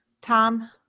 Tom